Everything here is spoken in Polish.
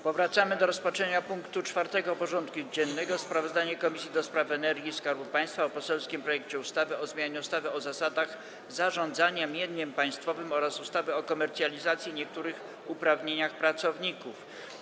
Powracamy do rozpatrzenia punktu 4. porządku dziennego: Sprawozdanie Komisji do Spraw Energii i Skarbu Państwa o poselskim projekcie ustawy o zmianie ustawy o zasadach zarządzania mieniem państwowym oraz ustawy o komercjalizacji i niektórych uprawnieniach pracowników.